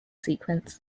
sequence